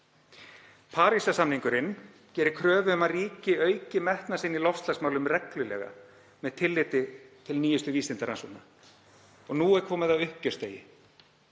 Parísarsamningurinn gerir kröfu um að ríki auki metnað sinn í loftslagsmálum reglulega með tilliti til nýjustu vísindarannsókna. Og nú er komið að uppgjörsdegi.